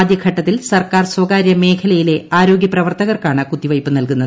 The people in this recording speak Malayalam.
ആദ്യഘട്ടത്തിൽ സർക്കാർ സ്വകാര്യ മേഖലയിലെ ആരോഗ്യ പ്രവർത്തകർക്കാണ് കുത്തിവയ്പ് നൽകുന്നത്